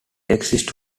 exists